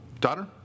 daughter